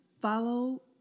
follow